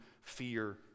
fear